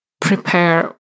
prepare